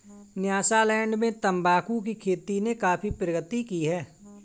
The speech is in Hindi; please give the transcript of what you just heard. न्यासालैंड में तंबाकू की खेती ने काफी प्रगति की है